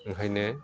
ओंखायनो